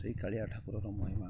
ସେଇ କଳିଆ ଠାକୁରଙ୍କ ମୁହଁ